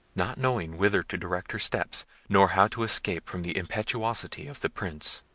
not knowing whither to direct her steps, nor how to escape from the impetuosity of the prince.